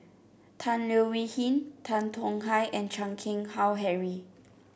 Tan Leo Wee Hin Tan Tong Hye and Chan Keng Howe Harry